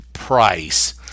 price